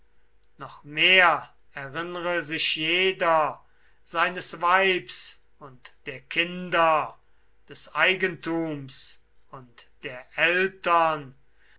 noch mehr erinnre sich jeder seines weibs und der kinder des eigentums und der eltern